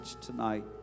tonight